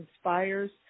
inspires